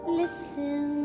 listen